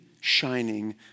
shining